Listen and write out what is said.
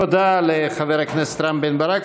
תודה לחבר הכנסת רם בן-ברק.